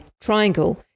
triangle